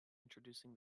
introducing